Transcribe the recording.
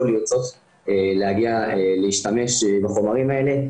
לא לרצות להגיע להשתמש בחומרים האלה,